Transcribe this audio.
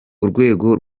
urwego